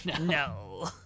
no